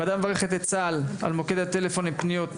הוועדה מברכת את צה"ל על מוקד הטלפון לפניות